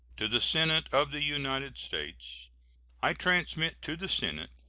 to the senate of the united states i transmit to the senate,